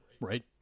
Right